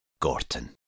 Gorton